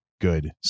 good